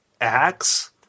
acts